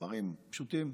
דברים פשוטים.